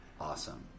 Awesome